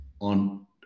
on